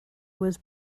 was